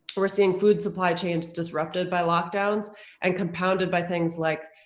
we're seeing food supply chains disrupted by lock downs and compounded by things like,